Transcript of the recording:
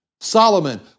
Solomon